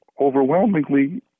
overwhelmingly